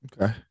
Okay